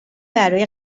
برای